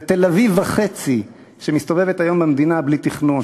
זה תל-אביב וחצי שמסתובבת היום במדינה בלי תכנון,